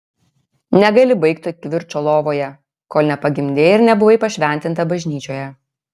negali baigti kivirčo lovoje kol nepagimdei ir nebuvai pašventinta bažnyčioje